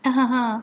(uh huh)